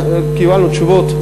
קיבלנו תשובות.